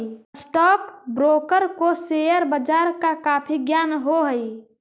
stock broker को share बाजार का काफी ज्ञान हो हई